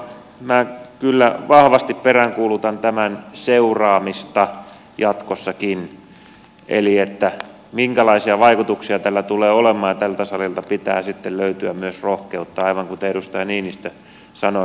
minä kyllä vahvasti peräänkuulutan tämän seuraamista jatkossakin eli sen minkälaisia vaikutuksia tällä tulee olemaan ja tältä salilta pitää sitten löytyä myös rohkeutta aivan kuten edustaja niinistö sanoi puuttua tähän asiaan